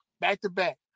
back-to-back